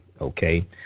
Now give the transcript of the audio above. okay